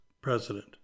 president